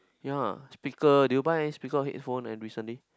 ya speaker did you buy any speaker or headphone recently